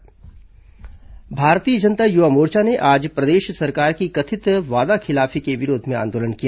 भाजयुमो आंदोलन भारतीय जनता युवा मोर्चा ने आज प्रदेश सरकार की कथित वादाखिलाफी के विरोध में आंदोलन किया